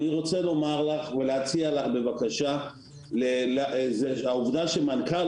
אני רוצה לומר ולהציע לך העובדה שמנכ"ל